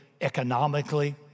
economically